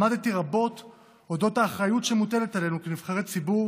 למדתי רבות על האחריות שמוטלת עלינו כנבחרי ציבור